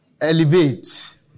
Elevate